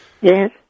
Yes